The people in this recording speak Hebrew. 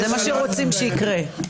זה מה שרוצים שיקרה.